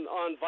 on